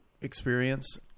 experience